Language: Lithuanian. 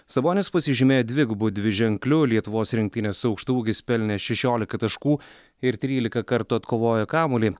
sabonis pasižymėjo dvigubu dviženkliu lietuvos rinktinės aukštaūgis pelnė šešiolika taškų ir trylika kartų atkovojo kamuolį